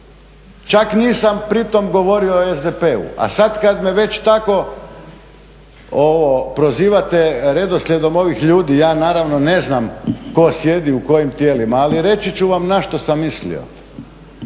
čak pri tom nisam govorio o SDP-u. A sada kada me već tako prozivate redoslijedom ovih ljudi, ja naravno ne znam tko sjedi u kojim tijelima ali reći ću vam na što sam mislio.